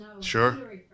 sure